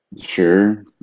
Sure